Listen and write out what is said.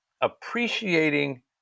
appreciating